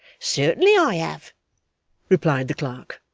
certainly i have replied the clerk.